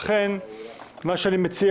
לכן אני מציע